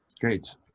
Great